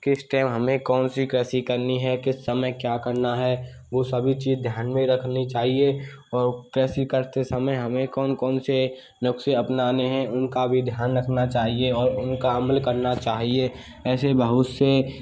किस टाइम हमें कौन सी कृषि करनी हैं किस समय क्या करना हैं वो सभी चीज़ ध्यान में रखनी चाहिए और कृषि करते समय हमे कौन कौन से नुक्से अपनाने हैं उनका भी ध्यान रखना चाहिए और उनका अमल करना चाहिए ऐसे बहुत से